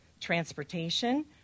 transportation